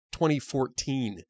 2014